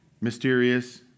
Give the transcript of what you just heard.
mysterious